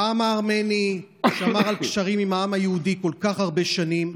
העם הארמני שמר על קשרים עם העם היהודי כל כך הרבה שנים,